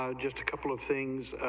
ah just a couple of things,